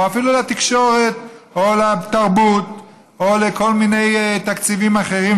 או אפילו לתקשורת או לתרבות או לכל מיני תקציבים אחרים,